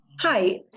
Hi